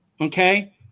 okay